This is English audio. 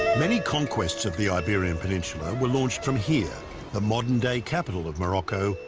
many conquests of the iberian peninsula were launched from here the modern-day capital of morocco,